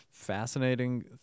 fascinating